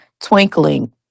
twinkling